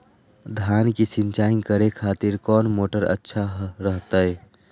धान की सिंचाई करे खातिर कौन मोटर अच्छा रहतय?